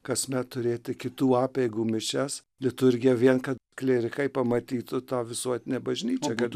kasmet turėti kitų apeigų mišias liturgiją vien kad klierikai pamatytų tą visuotinę bažnyčią kad